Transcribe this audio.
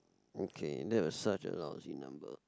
okay that was such a lousy number